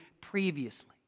previously